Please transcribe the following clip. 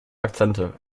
akzente